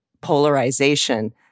polarization